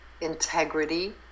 integrity